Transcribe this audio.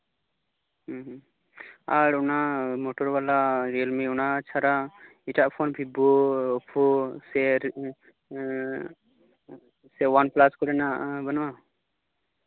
ᱟᱨ ᱚᱱᱟ ᱢᱳᱴᱳᱨᱮ ᱞᱟ ᱨᱤᱭᱮᱞᱢᱤ ᱚᱱᱟ ᱪᱷᱟᱲᱟ ᱮᱴᱟᱜ ᱯᱷᱳᱱ ᱵᱷᱤᱵᱳ ᱚᱯᱳ ᱥᱮ ᱮᱸᱜ ᱥᱮ ᱚᱣᱟᱱ ᱯᱞᱟᱥ ᱠᱚᱨᱮᱱᱟᱜ ᱵᱟᱱᱩᱜᱼᱟ